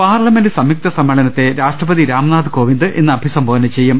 parliament സംയുക്ത സമ്മേളനത്തെ രാഷ്ട്രപതി രാംനാഥ് കോവിദ് ഇന്ന് അഭിസംബോധനചെയ്യും